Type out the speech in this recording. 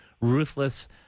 ruthless